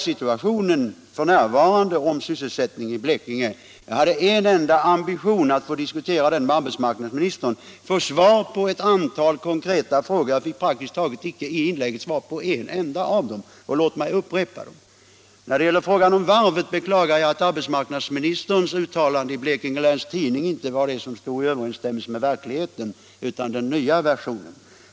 Mitt enda syfte var att med arbetsmarknadsministern få diskutera den allvarliga sysselsättningssituationen f.n. i Blekinge och att få svar på ett antal konkreta frågor. Jag fick praktiskt taget inte svar på en enda av dessa. Låt mig därför upprepa mina frågor. När det gäller varvet beklagar jag att återgivandet av arbetsmarknadsministerns uttalande i Blekinge Läns Tidning inte stod i överensstämmelse med verkligheten.